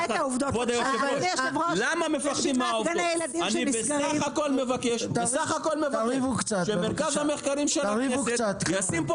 אני בסך הכול מבקש שמרכז המחקרים של הכנסת ישים פה